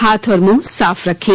हाथ और मुंह साफ रखें